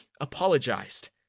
apologized